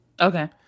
Okay